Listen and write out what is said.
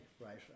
right